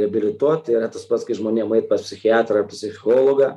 reabilituot tai yra tas pats kai žmonėm eit pas psichiatrą ar psichologą